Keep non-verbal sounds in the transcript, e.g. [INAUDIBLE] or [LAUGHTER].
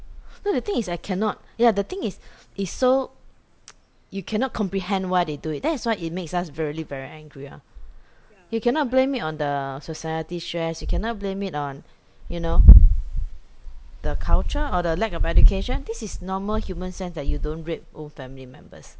no the thing is I cannot ya the thing is it's so [NOISE] you cannot comprehend why they do it that's why it makes us very very angry ah you cannot blame it on the society shares you cannot blame it on you know the culture or the lack of education this is normal human sense that you don't rape own family members